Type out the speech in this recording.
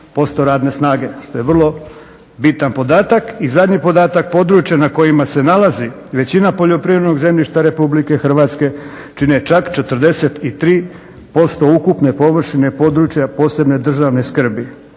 14,2% radne snage što je vrlo bitan podatak. I zadnji podatak, područje na kojima se nalazi većina poljoprivrednog zemljišta Republike Hrvatske čine čak 43% ukupne površine područja posebne državne skrbi.